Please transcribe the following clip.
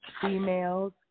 females